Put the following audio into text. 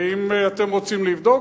ואם אתם רוצים לבדוק,